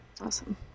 Awesome